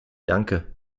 danke